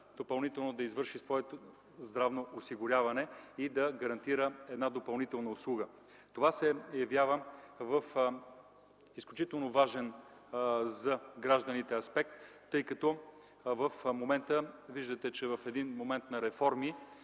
да направи своето здравно осигуряване и да гарантира една допълнителна услуга. Това се явява в изключително важен за гражданите аспект, тъй като в момента виждате, че във времето на реформи